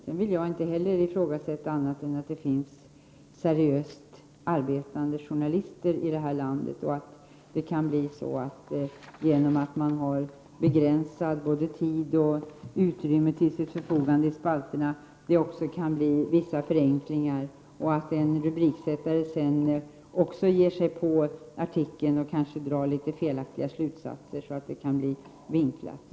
Jag vill vidare inte bestrida att det finns seriöst arbetande journalister i vårt land, men framställningen kan ändå bli vinklad genom att de har begränsad tillgång till tid och begränsat utrymme till förfogande i spalterna. Ännu mer vinklat kan det bli om rubriksättaren drar felaktiga slutsatser.